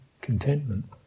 contentment